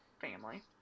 family